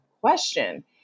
question